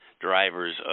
drivers